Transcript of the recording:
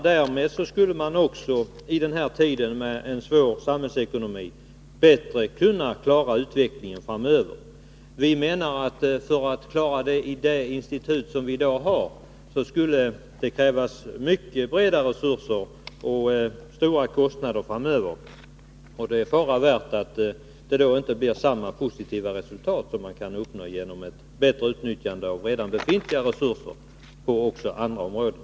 Därmed skulle man i dessa tider med besvärlig samhällsekonomi bättre kunna klara utvecklingen framöver. För att kunna klara den i det institut som i dag finns krävs mycket större resurser. Det är fara värt att det inte blir samma positiva resultat som man skulle kunna uppnå genom ett bättre utnyttjande av redan befintliga resurser även på andra områden.